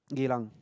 Geylang